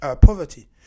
poverty